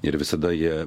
ir visada jie